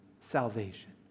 salvation